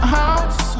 house